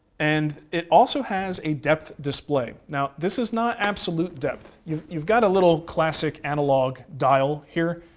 and it also has a depth display. now, this is not absolute depth. you've you've got a little classic analog dial here,